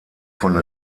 von